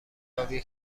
آبی